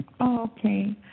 Okay